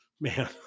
Man